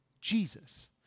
Jesus